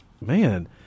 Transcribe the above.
man